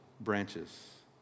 branches